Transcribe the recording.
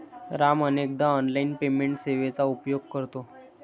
राम अनेकदा online payment सेवेचा उपयोग करतो